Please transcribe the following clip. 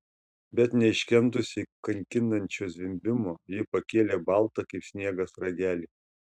bet neiškentusi kankinančio zvimbimo ji pakėlė baltą kaip sniegas ragelį